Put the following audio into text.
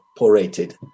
porated